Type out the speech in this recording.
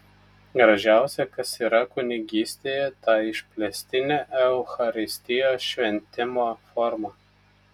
gražiausia kas yra kunigystėje ta išplėstinė eucharistijos šventimo forma